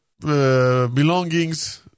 belongings